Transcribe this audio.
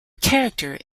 character